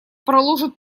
проложит